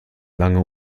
lange